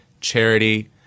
Charity